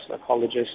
psychologist